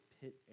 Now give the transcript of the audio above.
pit